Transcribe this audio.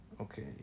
Okay